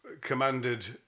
commanded